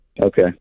Okay